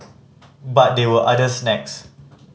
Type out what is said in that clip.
but there were other snags